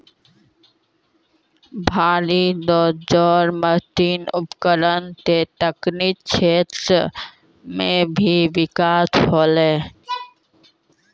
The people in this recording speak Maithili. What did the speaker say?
भारी डोजर मसीन उपकरण सें तकनीकी क्षेत्र म भी बिकास होलय